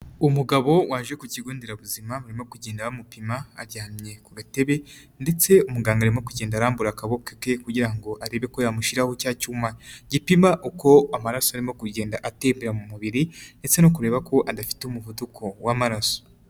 Umugabo waje ku kigo nderabuzima barimo kugenda bamupima, aryamye ku gatebe ndetse umuganga arimo kugenda arambura akaboko ke, kugira ngo arebe ko yamushyiraho cya cyuma gipima, uko amaraso arimo kugenda atebera mu mubiri ndetse no kureba ko adafite umuvuduko w'amaraso.